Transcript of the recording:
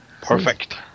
Perfect